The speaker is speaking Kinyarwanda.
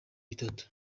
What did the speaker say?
bitatu